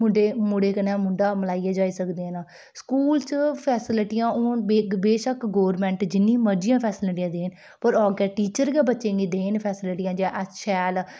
मुंढे मुड़े कन्नै मुंढा मलाइयै जाई सकदियां न स्कूल च फेस्लिटियां हून बेशक्क गौरमेंट जिन्नी मर्जी फेस्लिटियां देन पर अग्गें टीचर गै बच्चें गी देन फेस्लिटियां जा अस शैल